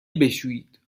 بشویید